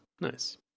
Nice